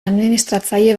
administratzaile